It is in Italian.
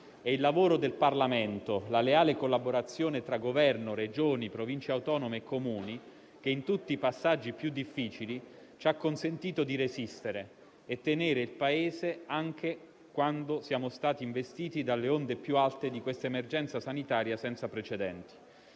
il lavoro del Parlamento e la leale collaborazione tra Governo, Regioni, Province autonome e Comuni che in tutti i passaggi più difficili ci hanno consentito di resistere e tenere coeso il Paese, anche quando siamo stati investiti dalle onde più alte di questa emergenza sanitaria senza precedenti.